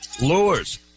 Lures